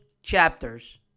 chapters